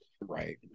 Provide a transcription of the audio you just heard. Right